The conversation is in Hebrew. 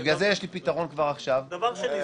בגלל זה יש לי פתרון כבר עכשיו, חברים.